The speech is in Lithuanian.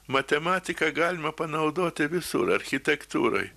matematiką galima panaudoti visur architektūroj